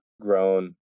grown